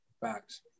Facts